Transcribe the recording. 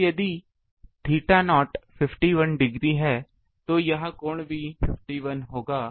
तो यदि theta naught 51 degree है तो यह कोण भी 51 डिग्री होगा